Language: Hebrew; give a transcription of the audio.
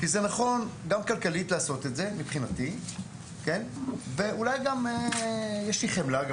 כי זה נכון גם כלכלית לעשות זה מבחינתי ואולי גם יש לי חמלה על